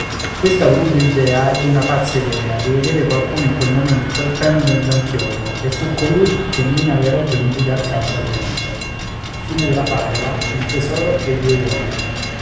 questa volubil dea ebbe una pazza idea di vedere qualcun in quel momento pender da un chiodo e fu colui che meno avea ragioni di dar calci al vento